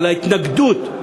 על ההתנגדות.